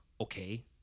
okay